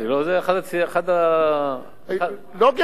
זה אחד, לא גירעון.